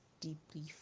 deeply